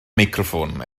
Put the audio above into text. meicroffon